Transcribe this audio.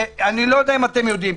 אני לא יודע אם אתם יודעים,